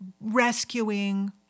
rescuing